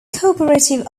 cooperative